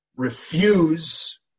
refuse